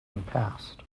past